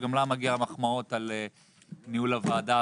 שגם לה מגיע מחמאות על ניהול הוועדה הקודמת.